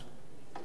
אז יש כאלה,